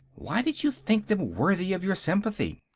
why did you think them worthy of your sympathy?